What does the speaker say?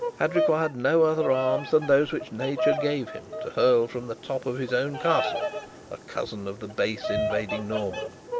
had required no other arms than those which nature gave him to hurl from the top of his own castle a cousin of the base invading norman.